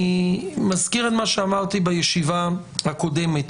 אני מזכיר את מה שאמרתי בישיבה הקודמת.